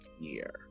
year